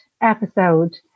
episode